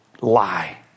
lie